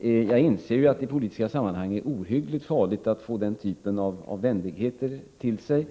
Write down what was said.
Jag inser ju att det i politiska sammanhang är ohyggligt farligt att få höra sådana vänligheter om sig.